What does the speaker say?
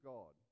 God